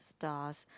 stars